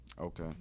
Okay